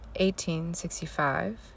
1865